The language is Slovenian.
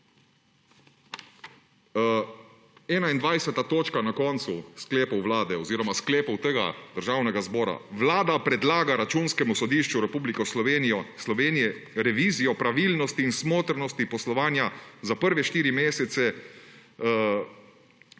21. točka na koncu sklepov Vlade oziroma sklepov tega državnega zbora, »Vlada predlaga Računskemu sodišču Republike Slovenije revizijo o pravilnosti in smotrnosti poslovanja za prve štiri mesece